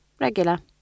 regular